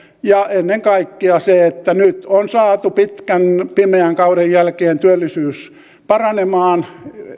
ja ennen kaikkea se että nyt on saatu pitkän pimeän kauden jälkeen työllisyys paranemaan